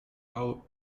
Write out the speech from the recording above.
aloysius